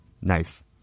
Nice